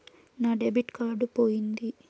నా debit card పోయింది